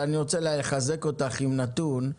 אני רוצה לחזק אותך עם נתון,